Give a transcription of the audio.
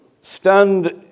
stand